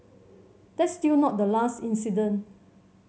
that's still not the last incident